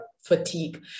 fatigue